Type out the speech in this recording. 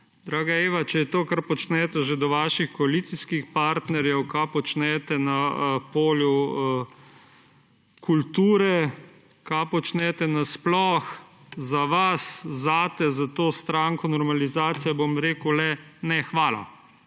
Draga Eva, če je to, kar počnete že do vaših koalicijskih partnerjev, kaj počnete na polju kulture, kaj počnete sploh za vas, zate, za to stranko, normalizacija, bom rekel le: Ne, hvala.